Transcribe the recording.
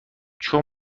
چون